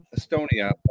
Estonia